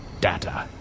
data